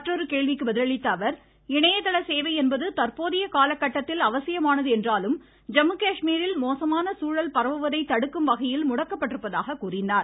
மற்றொரு கேள்விக்கு பதிலளித்த அவர் இணையதள சேவை என்பது தற்போதைய காலகட்டத்தில் அவசியமானது என்றாலும் ஜம்மு காஷ்மீரில் மோசமான சூழல் பரவுவதை தடுக்கும் வகையில் முடக்கப்பட்டிருப்பதாக கூறினார்